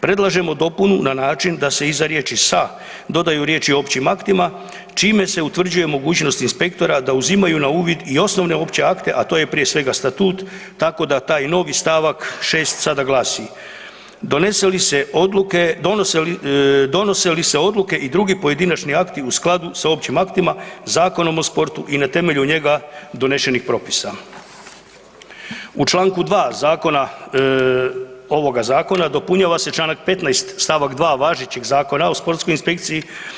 Predlažemo dopunu na način da se iza riječi „sa“ dodaju riječi „općim aktima“ čime se utvrđuje mogućnost inspektora da uzimaju na uvid i osnovne opće akte, a to je prije svega statut tako da taj novi stavak 6. sada glasi: „Donose li se odluke i drugi pojedinačni akti u skladu sa općim aktima, Zakonom o sportu i na temelju njega donesenih propisa.“ U članku 2. ovoga Zakona dopunjava se članak 15. stavak 2. važećeg Zakona o sportskoj inspekciji.